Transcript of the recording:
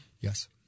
Yes